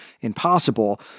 impossible